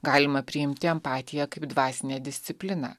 galima priimti empatija kaip dvasinę discipliną